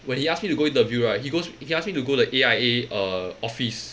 when he ask me to go interview right he so he ask me to go the A_I_A uh office